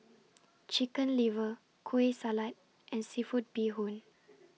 Chicken Liver Kueh Salat and Seafood Bee Hoon